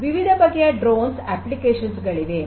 ವಿವಿಧ ಬಗೆಯ drones applications ಗಳಿವೆ